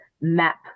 map